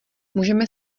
můžeme